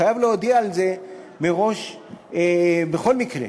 חייב להודיע על זה מראש בכל מקרה.